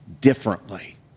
differently